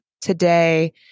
today